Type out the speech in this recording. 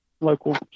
local